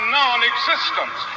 non-existence